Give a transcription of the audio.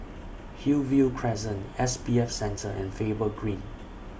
Hillview Crescent S B F Center and Faber Green